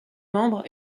membre